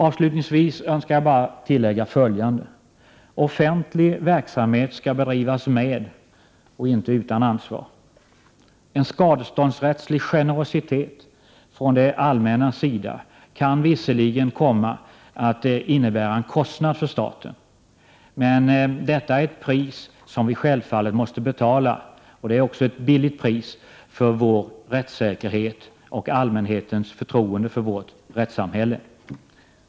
Avslutningsvis önskar jag endast tillägga följande. Offentlig verksamhet skall bedrivas med och inte utan ansvar. En skadeståndsrättslig generositet från det allmännas sida kan visserligen komma att innebära en kostnad för staten, men detta är ett pris som vi självfallet måste betala — det är ett lågt pris —- för vår rättssäkerhet och allmänhetens förtroende för vårt rättssamhälle.